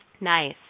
Nice